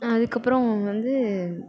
அதுக்கப்புறம் வந்து